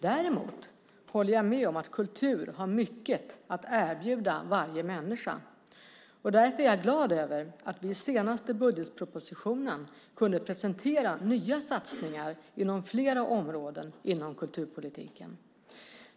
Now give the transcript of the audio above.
Däremot håller jag med om att kultur har mycket att erbjuda varje människa. Därför är jag glad över att vi i den senaste budgetpropositionen kunde presentera nya satsningar inom flera områden inom kulturpolitiken.